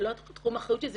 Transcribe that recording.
זה לא התחום אחריות שלי,